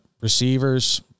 Receivers